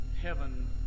Heaven